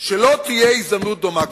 שלא תהיה הזדמנות דומה כזאת.